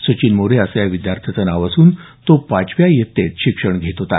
सचिन मोरे असं विद्यार्थ्यांचं नाव असून तो पाचव्या इयत्तेत शिक्षण घेत होता